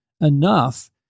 enough